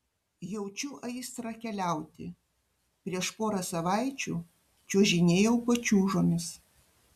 jaučiu aistrą keliauti prieš porą savaičių čiuožinėjau pačiūžomis